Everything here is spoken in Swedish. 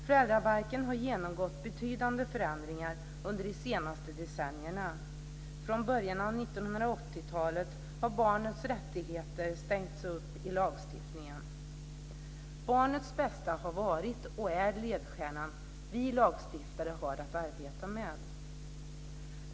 Föräldrabalken har genomgått betydande förändringar under de senaste decennierna, från början av 1980 talet har barnets rättigheter stärkts upp i lagstiftningen. Barnets bästa har varit och är ledstjärnan vi lagstiftare har att arbete under.